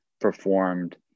performed